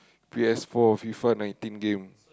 P_S-four Fifa nineteen game